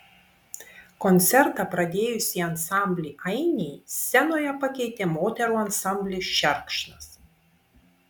koncertą pradėjusį ansamblį ainiai scenoje pakeitė moterų ansamblis šerkšnas